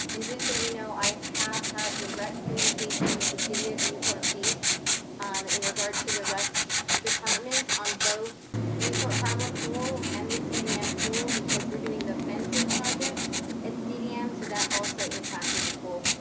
and just so you know i have had direct communication with the city of and newport beach in regards to the recs departments on both newport harbor pool and the cdm pool because we're doing the fencing project at cdm. so that also impacted the pool.